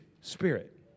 spirit